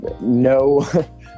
no